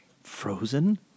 frozen